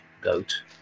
goat